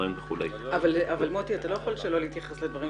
אבל מוטי, אתה לא יכול שלא להתייחס לכך